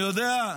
אני יודע?